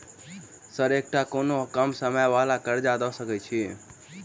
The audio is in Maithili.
सर एकटा कोनो कम समय वला कर्जा दऽ सकै छी?